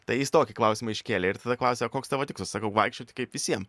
tai jis tokį klausimą iškėlė ir tada klausė o koks tavo tikslas sakau vaikščioti kaip visiem